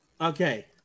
Okay